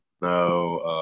no